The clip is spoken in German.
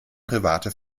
private